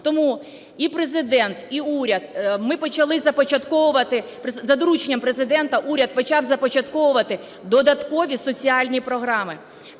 Тому і Президент, і уряд, ми почали започатковувати… за дорученням Президента уряд почав започатковувати додаткові соціальні програми.